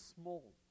small